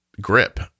grip